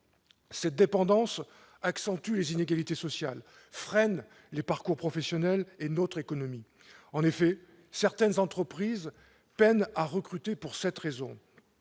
Cette dépendance accentue les inégalités sociales ; elle freine les parcours professionnels et notre économie. En effet, certaines entreprises peinent à recruter pour cette raison.